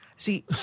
See